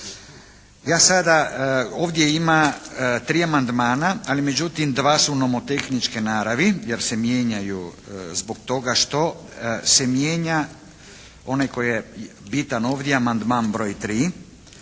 Ja sada, ovdje ima 3 amandmana, ali međutim dva su nomotehničke naravi jer se mijenjaju zbog toga što sa mijenja onaj koji je bitan ovdje amandman broj 3.